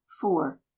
four